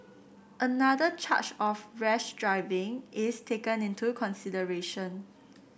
another charge of rash driving is taken into consideration